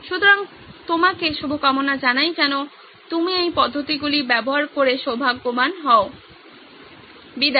সুতরাং আপনাকে শুভকামনা জানাই যেন আপনি এই পদ্ধতিগুলি ব্যবহার করে সৌভাগ্যবান হন বিদায়